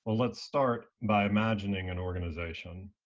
ah let's start by imagining an organization.